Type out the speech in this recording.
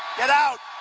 get out!